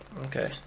Okay